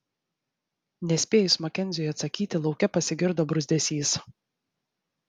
nespėjus makenziui atsakyti lauke pasigirdo bruzdesys